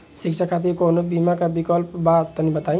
शिक्षा खातिर कौनो बीमा क विक्लप बा तनि बताई?